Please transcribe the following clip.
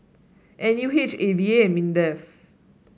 N U H A V A and Mindef